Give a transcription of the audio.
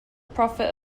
prophet